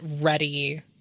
ready